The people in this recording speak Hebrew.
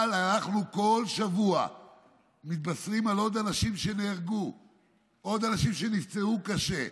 אבל כל שבוע אנחנו מתבשרים על עוד אנשים שנהרגו ועוד אנשים שנפצעו קשה.